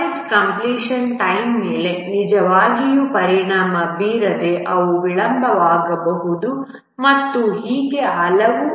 project completion time ಮೇಲೆ ನಿಜವಾಗಿಯೂ ಪರಿಣಾಮ ಬೀರದೆ ಅವು ವಿಳಂಬವಾಗಬಹುದು ಮತ್ತು ಹೀಗೆ ಹಲವು